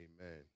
Amen